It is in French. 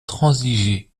transiger